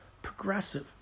progressive